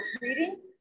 reading